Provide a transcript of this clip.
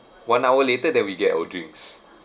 one hour later then we get our drinks